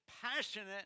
passionate